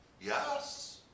Yes